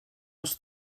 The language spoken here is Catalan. els